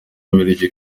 bubiligi